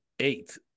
eight